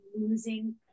losing